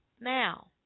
Now